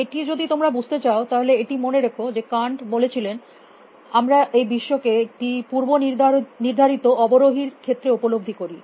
এটি যদি তোমরা বুঝতে চাও তাহলে এটি মনে রেখো যে কান্ট বলেছিলেন আমরা এই বিশ্বকে একটি পূর্ব নির্ধারিত অবরোহী র ক্ষেত্রে উপলব্ধি করি